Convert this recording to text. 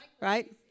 Right